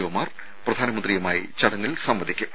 ഒമാർ പ്രധാനമന്ത്രിയുമായി ചടങ്ങിൽ സംവദിക്കും